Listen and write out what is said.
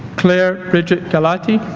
clare bridget galati